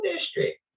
district